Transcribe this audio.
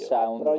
Sound